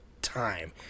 time